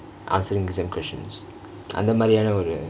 answeringk same questions அந்த மாதிரியான ஒறு:andtha maathiriyaana oru